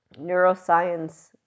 neuroscience